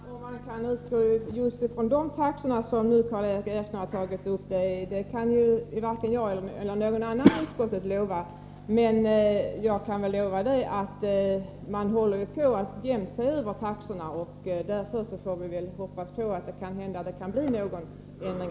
Herr talman! Att man skall utgå från just de taxor som Karl Erik Eriksson har tagit upp kan varken jag eller någon annan i utskottet lova. Men jag kan nämna att man jämt håller på att se över taxorna. Därför kan vi väl hoppas på att det blir någon ändring.